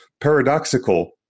paradoxical